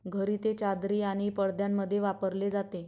घरी ते चादरी आणि पडद्यांमध्ये वापरले जाते